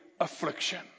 affliction